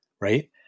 right